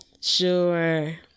Sure